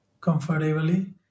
comfortably